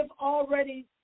already